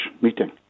meeting